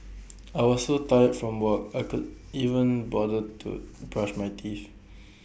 I was so tired from work I could even bother to brush my teeth